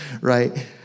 right